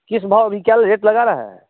किस भाव क्या रेट लगा रहा है